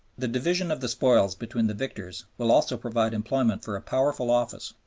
the division of the spoils between the victors will also provide employment for a powerful office,